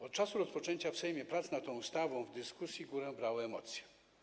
Od czasu rozpoczęcia w Sejmie prac nad tą ustawą w dyskusji górę brały emocje.